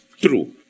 true